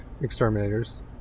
exterminators